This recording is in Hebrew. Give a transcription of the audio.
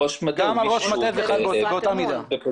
גם על ראש מטה זה חל באותה מידה.